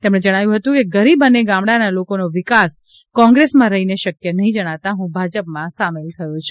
તેમણે જણાવ્યું હતું કે ગરીબ અને ગામડાંના લોકોનો વિકાસ કોંગ્રેસમાં રહીને શક્ય નહીં જણાતા હું ભાજપમાં સામેલ થયો છું